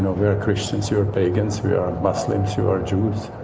we're christians, you're pagans, we're muslims, you're jews